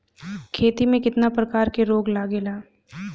खेती में कितना प्रकार के रोग लगेला?